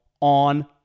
on